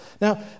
Now